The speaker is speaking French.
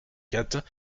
quatre